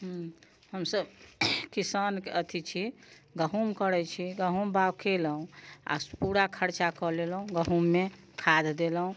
हूँ हम सभ किसानके अथि छी गहूँम करैत छी गहूँम बाग कयलहुँ आ पूरा खर्चा कऽ लेलहुँ गहूँममे खाद देलहुँ